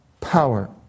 power